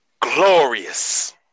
glorious